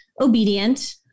obedient